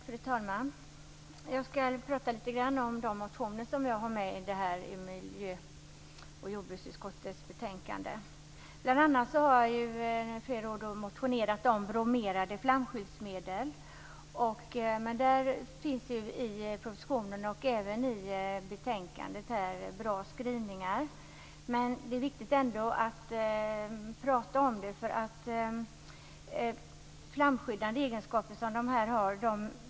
Fru talman! Jag skall prata lite grann om de motioner som jag har med i miljö och jordbruksutskottets betänkande. Bl.a. har jag i flera år motionerat om bromerade flamskyddsmedel. Det finns i propositionen och även i betänkandet bra skrivningar. Men det är ändå viktigt att prata om detta. De här medlen har flamskyddande egenskaper.